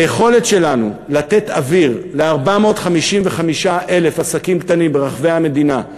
היכולת שלנו לתת אוויר ל-455,000 עסקים קטנים ברחבי המדינה,